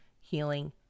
healing